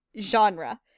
genre